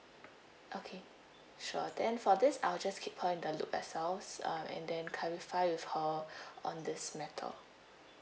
okay sure then for this I'll just keep her in the loop as well s~ uh and then clarify with her on this matter